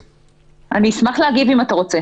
אשמח להגיב, אם תרצה.